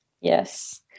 Yes